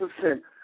percent